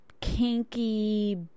kinky